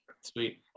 Sweet